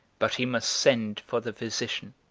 but he must send for the physician.